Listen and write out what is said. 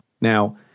Now